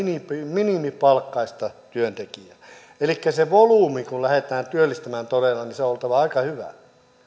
minimipalkkaista työntekijää elikkä sen volyymin kun lähdetään työllistämään todella on oltava aika hyvä